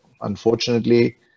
unfortunately